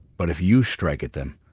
but if you strike at them,